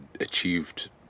achieved